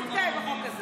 אל תתגאה בחוק הזה.